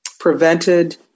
Prevented